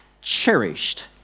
cherished